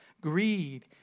greed